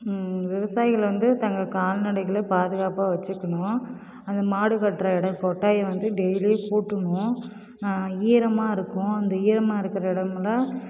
விவசாயிகள் வந்து தங்கள் கால்நடைகளை பாதுகாப்பாக வெச்சுக்கணும் அந்த மாடு கட்டுற இடம் கொட்டாயை வந்து டெய்லி கூட்டணும் ஈரமாக இருக்கும் அந்த ஈரமாக இருக்கிற இடம் எல்லாம்